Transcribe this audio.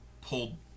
pulled